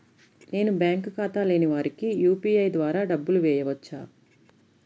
నేను బ్యాంక్ ఖాతా లేని వారికి యూ.పీ.ఐ ద్వారా డబ్బులు వేయచ్చా?